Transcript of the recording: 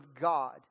God